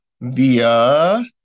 via